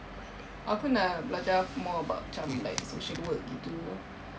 aku nak belajar more about macam like social work gitu